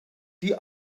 die